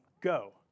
Go